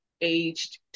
aged